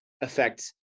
affect